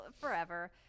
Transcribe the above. forever